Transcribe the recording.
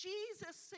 Jesus